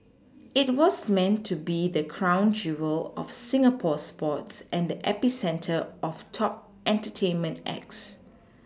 it was meant to be the crown jewel of Singapore sports and the epicentre of top entertainment acts